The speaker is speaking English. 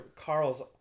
Carl's